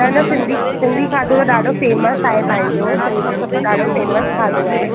त हिन सिंधी सिंधी खाधो त ॾाढो फेम्स आहे पंहिंजो सिंधियुनि जो ॾाढो फेम्स खाधो आहे